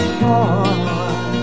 heart